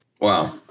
Wow